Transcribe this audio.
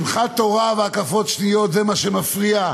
שמחת תורה והקפות שניות, זה מה שמפריע.